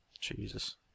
Jesus